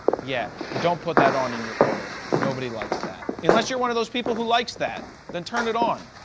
yeah, don't put that on in your photos. nobody likes that. unless you're one of those people who likes that, then turn it on.